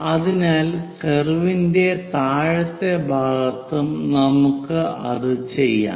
അതിനാൽ കർവിന്റെ താഴത്തെ ഭാഗത്തും നമുക്ക് അത് ചെയ്യാം